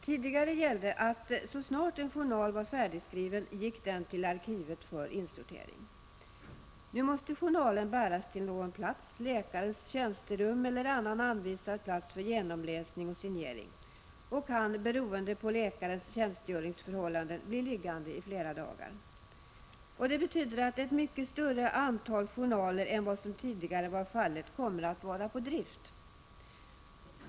Tidigare gällde att journalen, så snart den var färdigskriven, gick till arkivet för insortering. Nu måste journalen bäras till någon plats, läkarens tjänsterum eller annan anvisad plats, för genomläsning och signering. Journalen kan, beroende på läkarens tjänstgöringsförhållanden, bli liggande i flera dagar. Detta betyder att ett mycket större antal journaler än vad som tidigare var fallet, kommer att vara på drift.